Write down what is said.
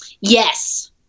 Yes